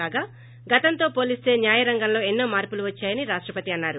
కాగా గతంతో పోలిస్తే న్యాయ రంగంలో ఎన్నో మార్పులు వచ్చాయని రాష్టపతి అన్నారు